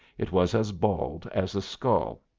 it was as bald as a skull.